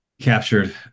captured